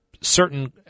certain